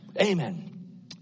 Amen